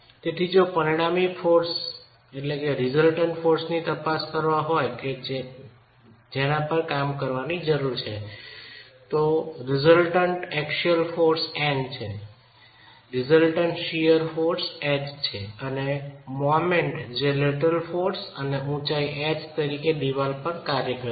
તેથી જો પરિણામી દળોની તપાસ કરવા હોય કે જેના પર કામ કરવાની જરૂર છે તો પરિણામી એક્સિયલ બળ N છે પરિણામી શીયર બળ H છે અને મોમેન્ટ જે લેટરલ બળ અને ઉચાઈ H તરીકે દિવાલ પર કાર્ય કરી રહી છે